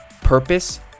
purpose